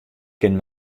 kin